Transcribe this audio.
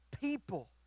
people